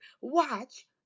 watch